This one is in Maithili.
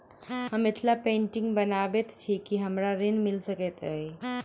हम मिथिला पेंटिग बनाबैत छी की हमरा ऋण मिल सकैत अई?